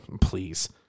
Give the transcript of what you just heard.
Please